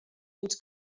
fins